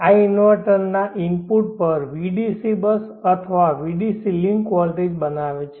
આ ઇન્વર્ટરના ઇનપુટ પર Vdc બસ અથવા Vdc લિંક વોલ્ટેજ બનાવે છે